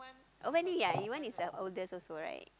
oh many your one is the oldest also right